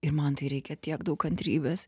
ir man tai reikia tiek daug kantrybės